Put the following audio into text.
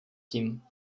tím